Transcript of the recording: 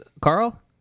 Carl